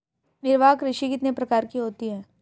निर्वाह कृषि कितने प्रकार की होती हैं?